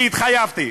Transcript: כי התחייבתי.